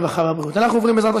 הרווחה והבריאות נתקבלה.